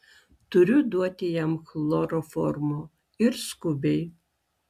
turiu duoti jam chloroformo ir skubiai